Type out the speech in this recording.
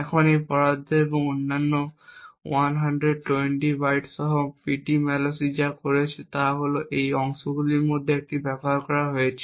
এখন এই বরাদ্দ এবং অন্যান্য 120 বাইট সহ ptmalloc যা করেছে তা এই অংশগুলির মধ্যে একটি ব্যবহার করা হয়েছে